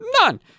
none